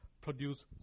produce